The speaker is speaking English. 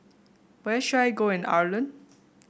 where should I go in Ireland